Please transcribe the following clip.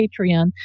Patreon